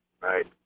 right